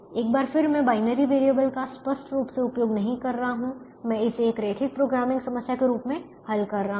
एक बार फिर मैं बाइनरी वेरिएबल का स्पष्ट रूप से उपयोग नहीं कर रहा हूं मैं इसे एक रैखिक प्रोग्रामिंग समस्या के रूप में हल कर रहा हूं